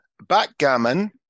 backgammon